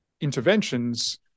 interventions